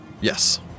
Yes